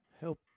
Help